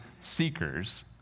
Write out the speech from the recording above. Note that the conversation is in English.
seekers